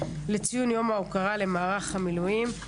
לציון יום ההוקרה למערך המילואים.